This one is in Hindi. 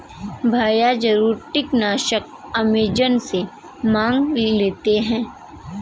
भैया जरूरी कीटनाशक अमेजॉन से मंगा लेते हैं